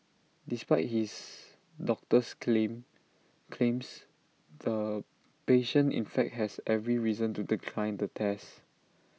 despite his doctor's claim claims the patient in fact has every reason to decline the test